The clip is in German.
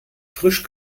frisch